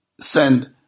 send